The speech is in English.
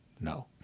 No